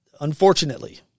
unfortunately